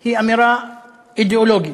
זה אמירה אידיאולוגית,